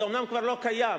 זה אומנם כבר לא קיים,